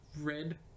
Red